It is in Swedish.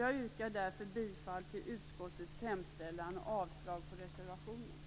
Jag yrkar därför bifall till utskottets hemställan och avslag på reservationen.